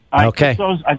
Okay